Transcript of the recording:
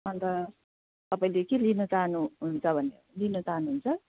अन्त तपाईँले के लिन चाहनुहुन्छ भने लिन चाहनुहुन्छ